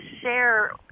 share